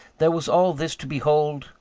there was all this to behold,